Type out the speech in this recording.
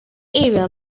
area